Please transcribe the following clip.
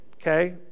okay